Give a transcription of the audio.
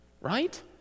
right